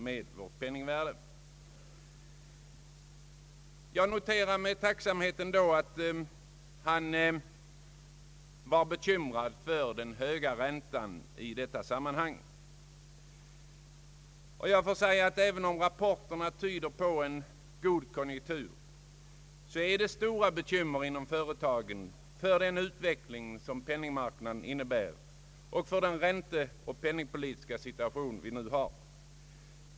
Jag noterar ändå med tacksamhet att finansministern är bekymrad för den höga räntan, och jag får säga att även om rapporterna tyder på en god konjunktur så har företagen stora bekymmer för utvecklingen på penningmarknaden och för den ränteoch penningpolitiska situation vi nu har.